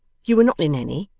you were not in any,